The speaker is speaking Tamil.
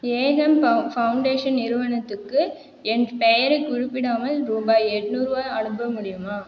ஏகம் பவ் ஃபவுண்டேஷன் நிறுவனத்துக்கு என் பெயரை குறிப்பிடாமல் ரூபாய் எட்நூறுவா அனுப்ப முடியுமா